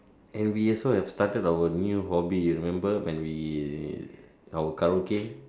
and we also have started our new hobby you remember when we our Karaoke